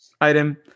item